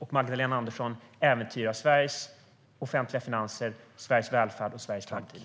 Magdalena Andersson äventyrar Sveriges offentliga finanser, Sveriges välfärd och Sveriges framtid.